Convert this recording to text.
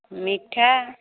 ମିଠା